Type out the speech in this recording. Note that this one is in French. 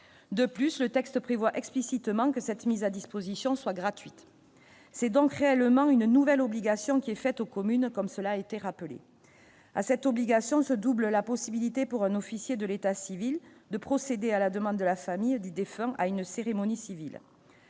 de plus, le texte prévoit explicitement que cette mise à disposition soit gratuite, c'est donc réellement une nouvelle obligation qui est faite aux communes, comme cela a été rappelé à cette obligation, ce double la possibilité pour un officier de l'état civil de procéder à la demande de la famille du défunt à une cérémonie civile